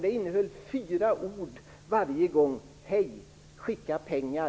Det innehöll fyra ord varje gång: Hej! Skicka pengar!